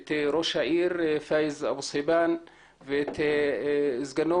את ראש העיר פאיז אבו סהיבאן ואת סגנו,